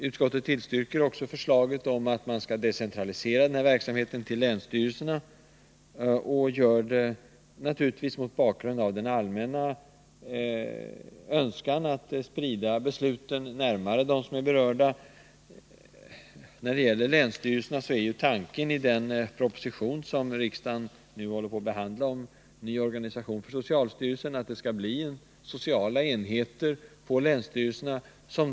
Utskottet tillstyrker också förslaget om att administration av statsbidrag skall decentraliseras till länsstyrelserna. Bakgrunden till det är naturligtvis det allmänna önskemålet att sprida besluten så att de fattas närmare dem som är berörda. Tanken i den proposition om ny organisation för socialstyrelsen, som riksdagen nu behandlar, är att det skall bli sociala enheter på länsstyrelserna.